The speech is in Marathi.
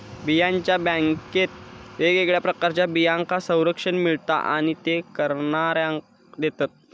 बियांच्या बॅन्केत वेगवेगळ्या प्रकारच्या बियांका संरक्षण मिळता आणि ते करणाऱ्याक देतत